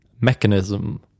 mechanism